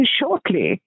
shortly